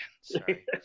Sorry